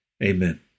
Amen